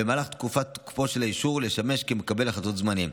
במהלך תקופת תוקפו של האישור לשמש מקבל החלטות זמני.